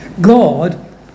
God